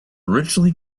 richly